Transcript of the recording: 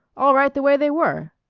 all right the way they were.